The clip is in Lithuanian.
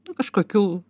nu kažkokių